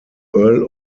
earl